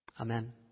Amen